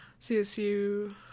CSU